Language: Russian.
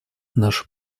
наша